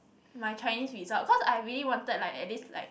my Chinese result cause I really wanted like at least like